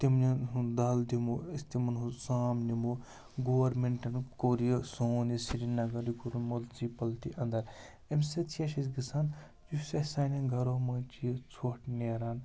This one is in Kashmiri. تِمنٮ۪ن ہُنٛد دَل دِمو أسۍ تِمَن ہُنٛد سام نِمو گورمٮ۪نٛٹَن کوٚر یہِ سون یہِ سرینگر یہِ کوٚرُن مُلژِپٔلٹی اندر اَمہِ سۭتۍ کیٛاہ چھِ اَسہِ گژھان یُس اَسہِ سانٮ۪ن گرو منٛز چھِ یہِ ژھۄٹھ نیران